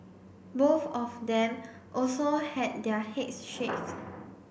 both of them also had their heads shaved